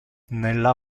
nella